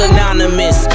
Anonymous